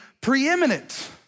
preeminent